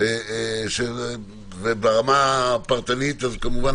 וברמה הפרטנית כמובן,